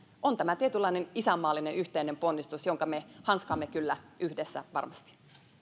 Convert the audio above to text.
on tämä tietynlainen isänmaallinen yhteinen ponnistus jonka me hanskaamme kyllä yhdessä varmasti